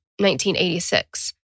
1986